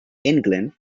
england